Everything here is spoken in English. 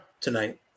tonight